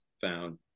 found